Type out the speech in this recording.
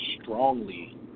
strongly